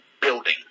building